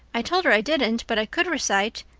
i told her i didn't, but i could recite,